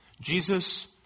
Jesus